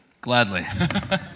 Gladly